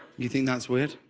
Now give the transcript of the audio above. you think that's weird?